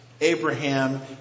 Abraham